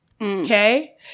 okay